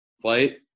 flight